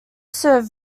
serve